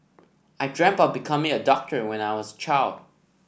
I dreamt of becoming a doctor when I was a child